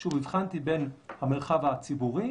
שוב, הבחנתי בין המרחב הציבורי,